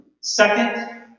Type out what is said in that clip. Second